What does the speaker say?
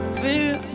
feel